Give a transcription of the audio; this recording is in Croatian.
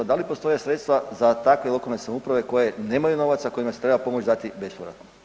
Da li postoje sredstva za takve lokalne samouprave, koje nemaju novaca, kojima se treba pomoć dati bespovratno?